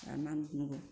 आरो मा होनबावनांगौ